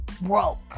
Broke